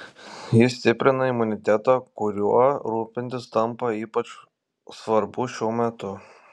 ji stiprina imunitetą kuriuo rūpintis tampa ypač svarbu šiuo metu